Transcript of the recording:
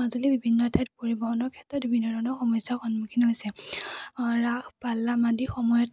মাজুলীৰ বিভিন্ন ঠাইত পৰিৱহনৰ ক্ষেত্ৰত বিভিন্ন ধৰণৰ সমস্যাৰ সন্মুখীন হৈছে ৰাস পালনাম আদিৰ সময়ত